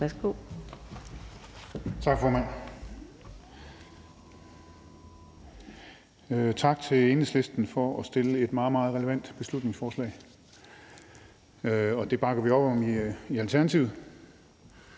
(ALT): Tak, formand. Tak til Enhedslisten for at fremsætte et meget, meget relevant beslutningsforslag. Det bakker vi op om i Alternativet.